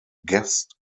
guest